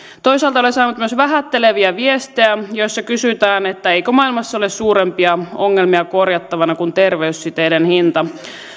toisaalta olen saanut myös vähätteleviä viestejä joissa kysytään eikö maailmassa ole suurempia ongelmia korjattavana kuin terveyssiteiden hinta